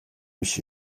биш